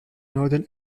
northern